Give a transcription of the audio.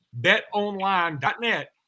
Betonline.net